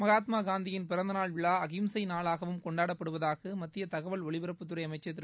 மகாத்மா காந்தியின் பிறந்த நாள் விழா அஹிம்சை நாளாகவும் கொண்டாடப்படுவதாக மத்திய தகவல் ஒலிபரப்புத்துறை அமைச்சர் திரு